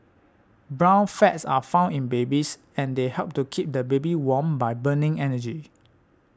brown fats are found in babies and they help to keep the baby warm by burning energy